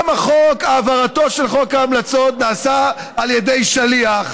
גם העברתו של חוק ההמלצות נעשתה על ידי שליח,